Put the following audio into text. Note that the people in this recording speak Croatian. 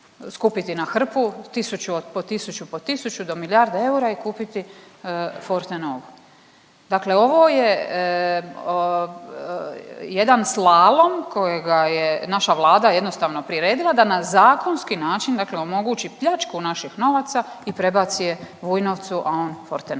skupiti na hrpu tisuću po tisuću po tisuću do milijarde eura i kupiti Fortenovu. Dakle ovo je jedan slalom kojega je naša Vlada jednostavno priredila da na zakonski način dakle omogući pljačku naših novaca i prebaci je Vujnovcu, a on Fortenovi.